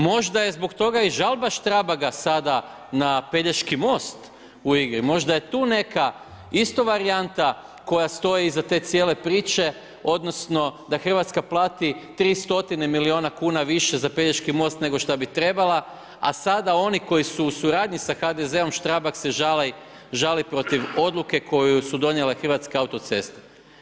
Možda je zbog toga i žalba Strabaga sada na Pelješki most u igri, možda je tu neka isto varijanta koja stoji iza cijele te priče odnosno da Hrvatska plati 300 milijuna kuna više za Pelješki most nego šta bi trebala, a sada oni koji su u suradnji sa HDZ-om Strabag se žali protiv odluke koju su donijele Hrvatske autoceste.